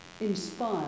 inspire